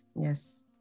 Yes